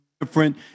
different